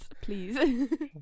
please